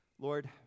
lord